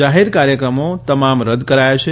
જાહેર કાર્યક્રમો તમામ રદ કરાથા છે